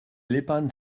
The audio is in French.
l’épargne